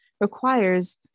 requires